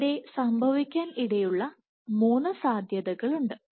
ഇവിടെ സംഭവിക്കാൻ ഇടയുള്ള മൂന്ന് സാധ്യതകളുണ്ട്